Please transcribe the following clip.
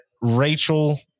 Rachel